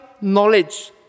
knowledge